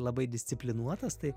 labai disciplinuotas tai